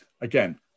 again